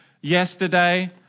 yesterday